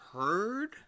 heard